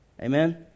Amen